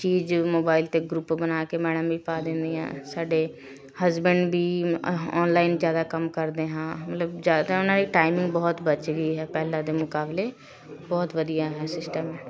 ਚੀਜ਼ ਮੋਬਾਈਲ 'ਤੇ ਗਰੁੱਪ ਬਣਾ ਕੇ ਮੈਡਮ ਵੀ ਪਾ ਦਿੰਦੀ ਹੈ ਸਾਡੇ ਹਸਬੈਂਡ ਵੀ ਅਹ ਔਨਲਾਈਨ ਜ਼ਿਆਦਾ ਕੰਮ ਕਰਦੇ ਹਾਂ ਮਤਲਬ ਜ਼ਿਆਦਾ ਉਹਨਾਂ ਦੀ ਟਾਈਮਿੰਗ ਬਹੁਤ ਬੱਚ ਗਈ ਹੈ ਪਹਿਲਾਂ ਦੇ ਮੁਕਾਬਲੇ ਬਹੁਤ ਵਧੀਆ ਹੈ ਸਿਸਟਮ